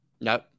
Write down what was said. Nope